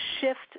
shift